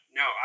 no